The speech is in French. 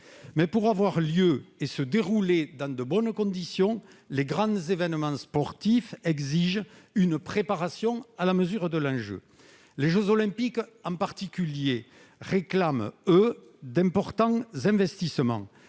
pour avoir lieu et se dérouler dans de bonnes conditions, les grands événements sportifs exigent une préparation à la mesure de l'enjeu ; en particulier, les jeux Olympiques réclament, eux, d'importants investissements.